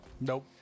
Nope